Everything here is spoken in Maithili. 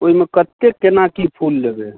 ओहिमे कतेक कोनाकि फूल लेबै